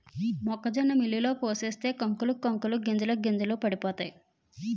మొక్కజొన్న మిల్లులో పోసేస్తే కంకులకు కంకులు గింజలకు గింజలు పడిపోతాయి